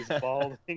balding